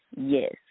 yes